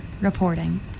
reporting